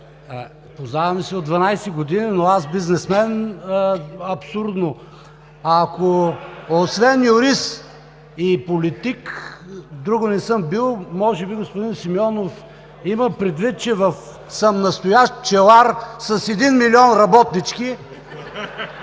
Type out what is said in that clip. Познаваме се от 12 години, но аз бизнесмен – абсурдно! Освен юрист и политик, друго не съм бил. Може би господин Симеонов има предвид, че съм настоящ пчелар с един милион работнички.